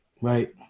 Right